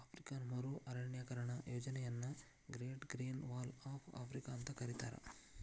African ಮರು ಅರಣ್ಯೇಕರಣ ಯೋಜನೆಯನ್ನ great green wall of Africa ಅಂತ ಕರೇತಾರ